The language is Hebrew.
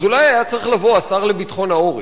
אז אולי היה צריך לבוא השר לביטחון העורף,